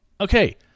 okay